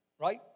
right